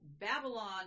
Babylon